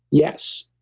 yes.